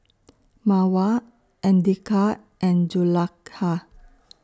Mawar Andika and Zulaikha